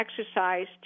exercise